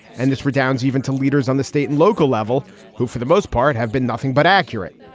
and this redounds even to leaders on the state and local level who for the most part have been nothing but accurate.